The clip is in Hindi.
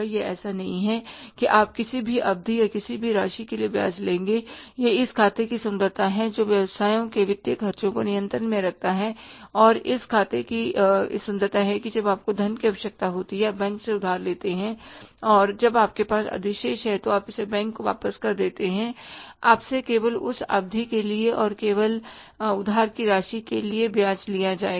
यह ऐसा नहीं है कि आप किसी भी अवधि या किसी भी राशि के लिए ब्याज लेंगे यह इस खाते की सुंदरता है जो व्यवसायों के वित्तीय खर्चों को नियंत्रण में रखता है इस खाते की सुंदरता है कि जब आपको धन की आवश्यकता है आप बैंक से उधार लेते हैं और जब आपके पास अधिशेष है तो आप इसे बैंक को वापस कर देते हैं आपसे केवल उस अवधि के लिए और केवल उधार की राशि के लिए ब्याज लिया जाएगा